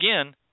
again